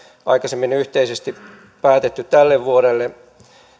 aikaisemmin yhteisesti päätetty tälle vuodelle